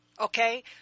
Okay